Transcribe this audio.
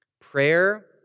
prayer